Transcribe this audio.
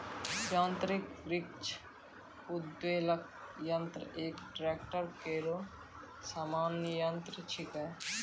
यांत्रिक वृक्ष उद्वेलक यंत्र एक ट्रेक्टर केरो सामान्य यंत्र छिकै